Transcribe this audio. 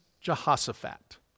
Jehoshaphat